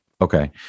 Okay